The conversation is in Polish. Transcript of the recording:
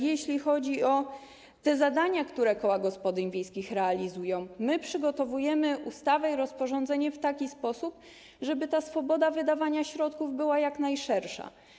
Jeśli chodzi o te zadania, które koła gospodyń wiejskich realizują, przygotowujemy ustawę i rozporządzenie w taki sposób, żeby ta swoboda wydawania środków była jak najszersza.